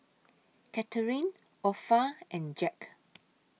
Katharyn Opha and Jack